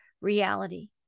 Reality